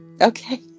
okay